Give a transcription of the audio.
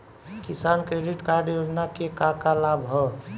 किसान credit card योजना के का का लाभ ह?